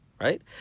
right